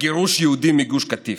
בגירוש יהודים מגוש קטיף.